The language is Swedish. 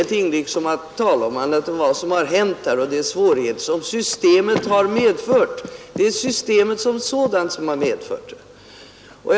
Här kan vi nu bara tala om vad som har hänt och om de svårigheter som systemet medfört, ty det är ju systemet som sådant som har vållat dem.